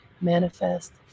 manifest